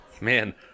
Man